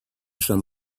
some